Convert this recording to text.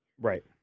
Right